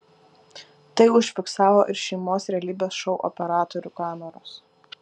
tai užfiksavo ir šeimos realybės šou operatorių kameros